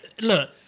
look